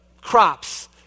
crops